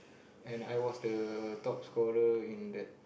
and I was the top scorer in that